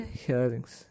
hearings